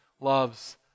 loves